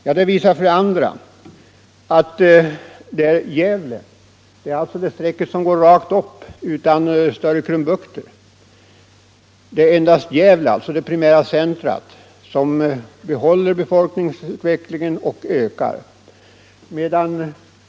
Bilden visar för det andra att det endast är Gävle, det primära centrum, representerat av de streck som går snett upp utan större krumbukter, som enligt prognoserna behåller befolkningsmängden och ökar.